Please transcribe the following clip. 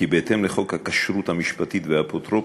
כי בהתאם לחוק הכשרות המשפטית והאפוטרופסות,